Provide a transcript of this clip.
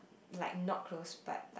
like not close but like